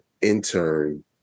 intern